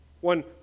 One